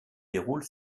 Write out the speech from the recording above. déroule